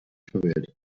verwählt